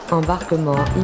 embarquement